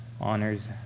honors